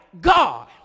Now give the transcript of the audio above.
god